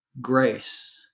grace